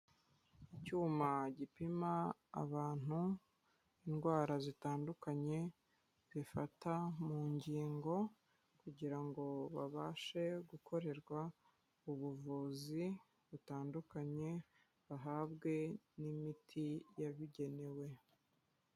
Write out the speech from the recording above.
Icyuma gipima abantu indwara zitandukanye, zifata mu ngingo kugira ngo babashe gukorerwa ubuvuzi butandukanye, bahabwe n'imiti yabugenewe.